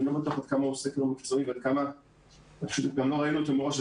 אני לא בטוח עד כמה הוא סקר מקצועי וגם לא היה לנו אותו מראש,